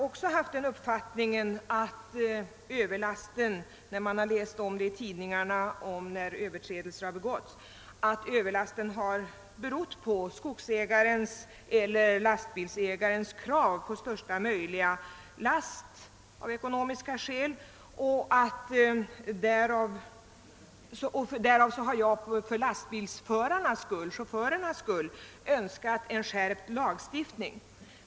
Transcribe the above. När jag i tidningarna läst om dessa överträdelser har också jag fått uppfattningen att Ööverlasten berott på skogsägarens eller lastbilsägarens krav — av ekonomiska skäl — på största möjliga last. Jag har därför för chaufförernas skull önskat en skärpning av lagstiftningen.